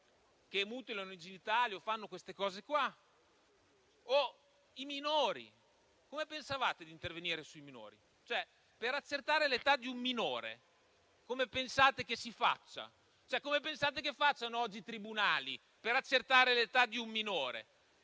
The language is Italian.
che mutilano i genitali o fanno cose simili? Come pensavate di intervenire per accertare l'età di un minore? Ma come pensate che si faccia? Come pensate che facciano oggi i tribunali per accertare l'età di un minore?